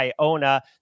Iona